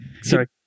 sorry